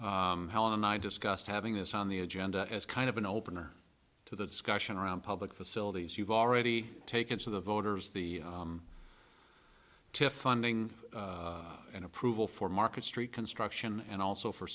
on i discussed having this on the agenda as kind of an opener to the discussion around public facilities you've already taken to the voters the to funding and approval for market street construction and also for